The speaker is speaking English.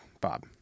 Bob